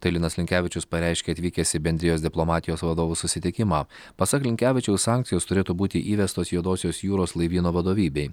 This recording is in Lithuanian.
tai linas linkevičius pareiškė atvykęs į bendrijos diplomatijos vadovų susitikimą pasak linkevičiaus sankcijos turėtų būti įvestos juodosios jūros laivyno vadovybei